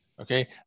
Okay